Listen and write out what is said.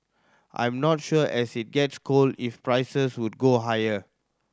I'm not sure as it gets cold if prices would go higher